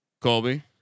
Colby